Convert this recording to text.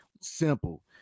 Simple